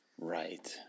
Right